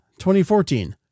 2014